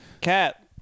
Cat